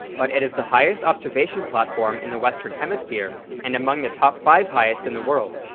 but it is the highest observation platform in the western hemisphere, and among the top five highest in the world.